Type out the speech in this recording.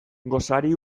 gosari